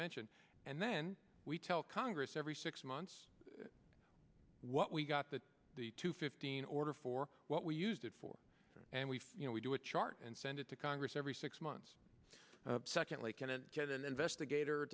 mentioned and then we tell congress every six months what we got that the two fifteen order for what we used it for and we've you know we do a chart and send it to congress every six months secondly can it get an investigator